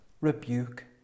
rebuke